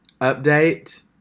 update